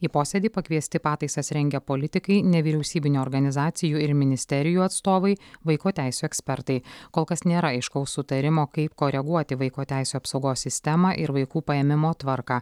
į posėdį pakviesti pataisas rengę politikai nevyriausybinių organizacijų ir ministerijų atstovai vaiko teisių ekspertai kol kas nėra aiškaus sutarimo kaip koreguoti vaiko teisių apsaugos sistemą ir vaikų paėmimo tvarką